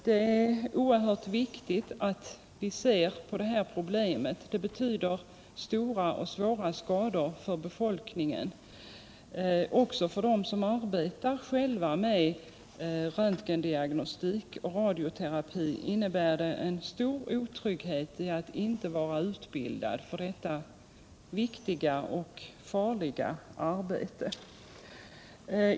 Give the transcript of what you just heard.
Det är oerhört viktigt att vi ser över det här problemet. Det handlar om stora och svåra skador för befolkningen. Också för dem som arbetar med röntgendiagnostik och radioterapi innebär det en stor otrygghet att inte vara utbildad för detta viktiga och farliga arbete.